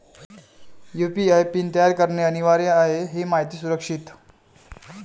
UPI PIN तयार करणे अनिवार्य आहे हे माहिती सुरक्षित